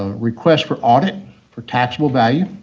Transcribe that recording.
ah requests for audit for taxable value